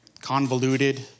convoluted